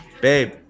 babe